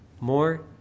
more